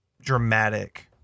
dramatic